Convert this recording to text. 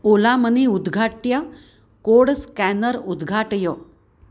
Ola money उद्घाट्य code scanner उद्घाटय